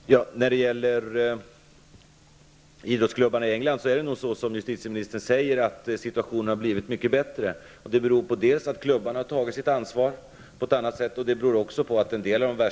Fru talman! Det är nog som justitieministern säger när det gäller idrottsklubbarna i England. Situationen har blivit mycket bättre. Det beror dels på att klubbarna har tagit sitt ansvar, dels på att en del av